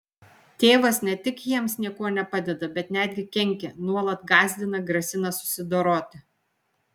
tėvas ne tik jiems niekuo nepadeda bet netgi kenkia nuolat gąsdina grasina susidoroti